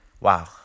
wow